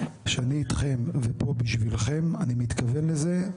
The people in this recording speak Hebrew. שאני אתכם ופה בשבילכם אני מתכוון לזה.